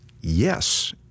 Yes